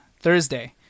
Thursday